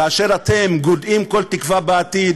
כאשר אתם גודעים כל תקווה בעתיד,